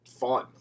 fun